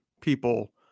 people